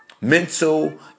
mental